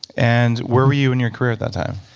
and where were you in your career at that time?